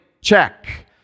check